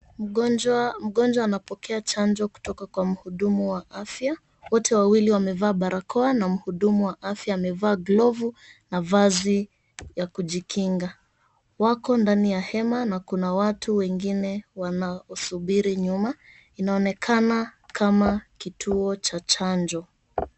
Mgonjwa anapokea chanjo kutoka kwa mhudumu wa afya. Wote wawili wamevaa barakoa na mhudumu wa afya amevaa glovu na vazi ya kujikinga. Wako ndani ya hema na kuna watu wengine wanaosubiri nyuma. Inaonekana kama kituo cha chanjo.